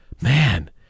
man